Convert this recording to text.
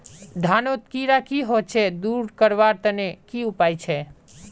धानोत कीड़ा की होचे दूर करवार तने की उपाय छे?